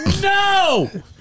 No